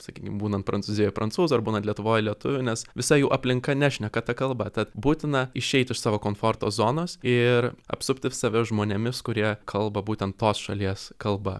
sakykim būnant prancūzijoj prancūzų ar būnant lietuvoj lietuvių nes visa jų aplinka nešneka ta kalba tad būtina išeiti iš savo komforto zonos ir apsupti save žmonėmis kurie kalba būtent tos šalies kalba